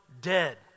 dead